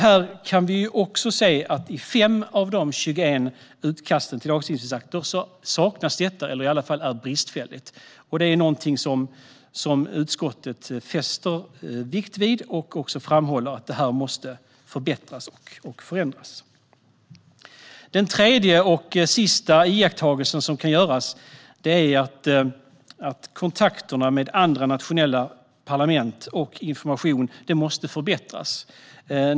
Här kan vi se att i 5 av 21 utkast till lagstiftningsakter saknas detta eller är i alla fall bristfälligt. Det är något som utskottet fäster vikt vid och framhåller måste förbättras och förändras. Den tredje och sista iakttagelsen är att kontakterna med andra nationella parlament och informationen måste förbättras.